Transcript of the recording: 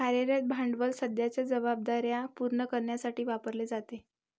कार्यरत भांडवल सध्याच्या जबाबदार्या पूर्ण करण्यासाठी वापरले जाते